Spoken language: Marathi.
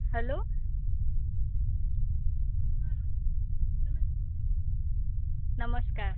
हॅलो नमस्कार